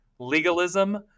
legalism